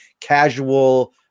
casual